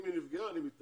אם היא נפגעה אני מתנצל.